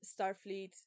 Starfleet